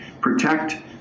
Protect